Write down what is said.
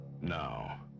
Now